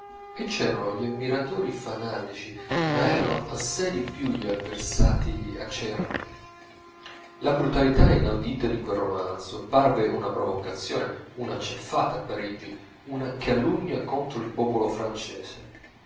e c'erano gli ammiratori fanatici ma erano assai di più gli avversati acerrimi la brutalità inaudita di quel romanzo parve una provocazione una ceffata a parigi una calunnia contro il popolo francese